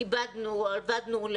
מצוינת ומכובדת.